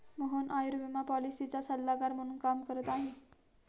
मोहन आयुर्विमा पॉलिसीचा सल्लागार म्हणून काम करत आहे